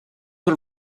her